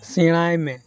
ᱥᱮᱬᱟᱭᱢᱮ